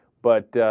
but ah.